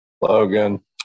Logan